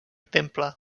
temple